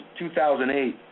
2008